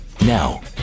Now